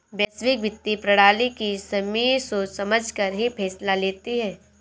वैश्विक वित्तीय प्रणाली की समिति सोच समझकर ही फैसला लेती है